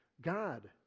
God